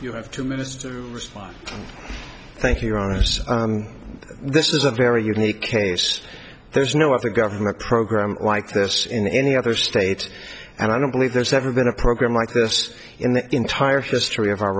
you have two minutes to respond thank you this is a very unique case there's no other government program like this in any other state and i don't believe there's ever been a program like this in the entire history of our